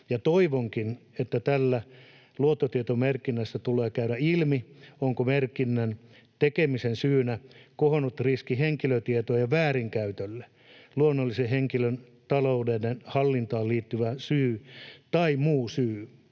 toivonkin, että tästä luottotietomerkinnästä kävisi ilmi, onko merkinnän tekemisen syynä kohonnut riski henkilötietojen väärinkäytölle, luonnollisen henkilön talouden hallintaan liittyvä syy tai muu syy.